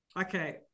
Okay